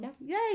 Yay